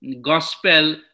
gospel